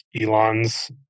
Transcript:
Elon's